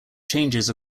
changes